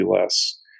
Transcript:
less